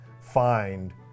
find